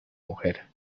mujer